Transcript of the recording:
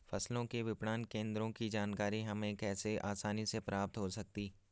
फसलों के विपणन केंद्रों की जानकारी हमें कैसे आसानी से प्राप्त हो सकती?